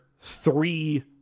three